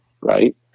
Right